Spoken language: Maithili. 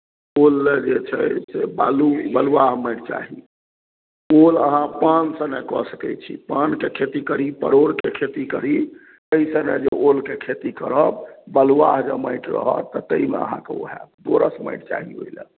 ओल लेल जे छै से बालू बलुआह माटि चाही ओल अहाँ पान सङ्गे कऽ सकैत छी पानके खेती करी परोड़के खेती करी एहि सङ्गे जे ओलके खेती करब बलुआह जे माटि रहत तऽ ताहिमे ओ अहाँकेँ हैत दोरस माटि चाही ओहि लेल